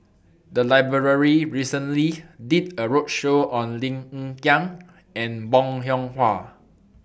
The Library recently did A roadshow on Lim Hng Kiang and Bong Hiong Hwa